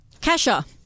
Kesha